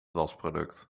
wasproduct